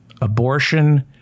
Abortion